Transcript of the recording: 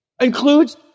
includes